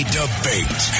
debate